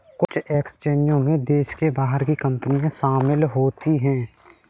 कुछ एक्सचेंजों में देश के बाहर की कंपनियां शामिल होती हैं